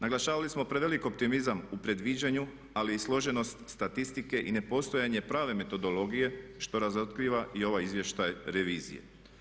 Naglašavali smo prevelik optimizam u predviđanju ali i složenost statistike i nepostojanje prave metodologije što razotkriva i ovaj izvještaj revizije.